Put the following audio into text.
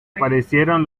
aparecieron